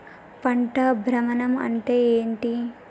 పంట భ్రమణం అంటే ఏంటి?